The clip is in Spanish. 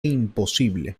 imposible